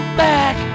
back